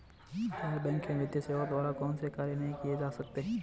गैर बैंकिंग वित्तीय सेवाओं द्वारा कौनसे कार्य नहीं किए जा सकते हैं?